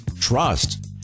Trust